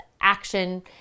action